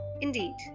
indeed